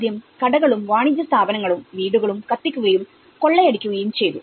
ആദ്യം കടകളും വാണിജ്യ സ്ഥാപനങ്ങളും വീടുകളും കത്തിക്കുകയും കൊള്ളയടിക്കുകയും ചെയ്തു